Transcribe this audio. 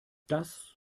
das